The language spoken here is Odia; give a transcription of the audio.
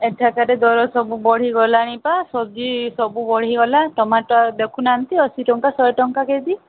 ଏଠାକାରେ ଦର ସବୁ ବଢ଼ିଗଲାଣି ପା ସୁଜି ସବୁ ବଢ଼ିଗଲା ଟମାଟର୍ ଦେଖୁନାହାନ୍ତି ଅଶୀ ଟଙ୍କା ଶହେ ଟଙ୍କା କେଜି